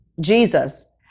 Jesus